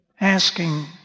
asking